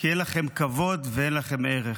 כי אין לכם כבוד ואין לכם ערך.